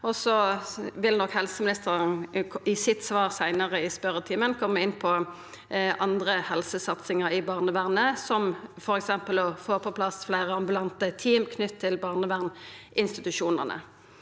Helseministeren vil nok i sitt svar seinare i spørjetimen koma inn på andre helsesatsingar i barnevernet, som f.eks. å få på plass fleire ambulante team knytte til barnevernsinstitusjonane.